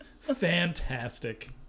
fantastic